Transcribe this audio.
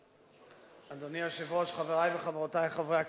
אדוני היושב-ראש, חברי וחברותי חברי הכנסת,